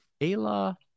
Ayla